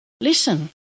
Listen